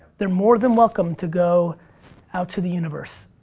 they're more than welcome to go out to the universe.